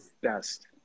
best